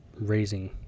raising